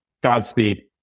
Godspeed